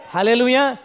Hallelujah